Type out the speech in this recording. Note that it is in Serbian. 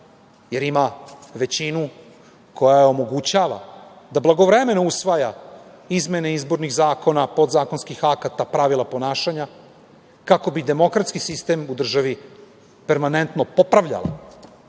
jer ima većinu koja omogućava da blagovremeno usvaja izmene izbornih zakona, podzakonskih akta, pravila ponašanja, kako bi demokratski sistem u državi permanentno popravljala